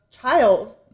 Child